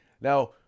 Now